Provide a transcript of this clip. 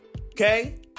okay